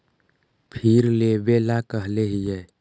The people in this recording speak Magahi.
फिर लेवेला कहले हियै?